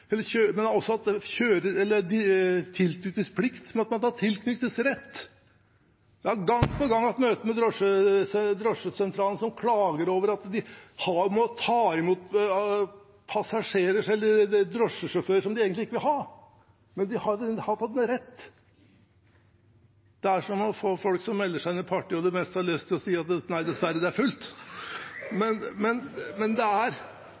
at man har kjøreplikt, men også tilknytningsplikt og tilknytningsrett. Jeg har gang på gang hatt møte med drosjesentraler som klager over at de har måttet ta imot drosjesjåfører som de egentlig ikke vil ha, men som har fått en rett. Det er som om folk melder seg inn i et parti, og du mest har lyst til å si: Nei, dessverre, det er fullt! Men det er